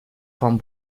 vom